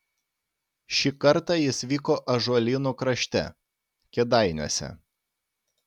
šį kartą jis vyko ąžuolynų krašte kėdainiuose